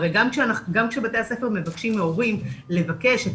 גם כשבתי הספר מבקשים מההורים לבקש את